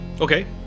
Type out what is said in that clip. Okay